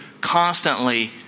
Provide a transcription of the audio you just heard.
constantly